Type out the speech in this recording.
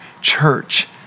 church